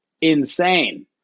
insane